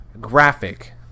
graphic